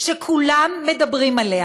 שכולם מדברים עליה,